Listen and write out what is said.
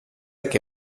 que